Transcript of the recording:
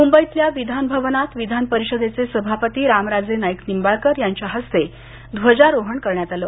मुंबईतल्या विधान भवनात विधानपरिषदेचे सभापती रामराजे नाईक निंबाळकर यांच्या हस्ते ध्वजारोहण करण्यात आलं